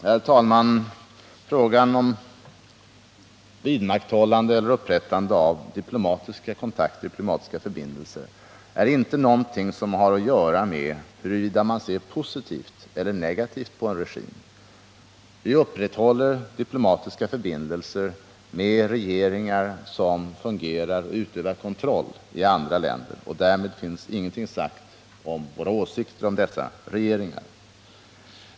Herr talman! Frågan om vidmakthållande eller upprättande av diplomatiska förbindelser är inte någonting som har att göra med huruvida man ser positivt eller negativt på en regim. Vi upprätthåller diplomatiska förbindelser med regeringar som utövar kontroll i andra länder, men därmed finns ingenting sagt om våra åsikter om dessa regeringar.